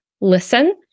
listen